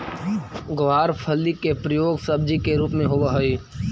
गवारफली के प्रयोग सब्जी के रूप में होवऽ हइ